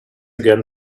again